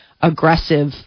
aggressive